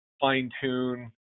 fine-tune